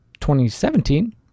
2017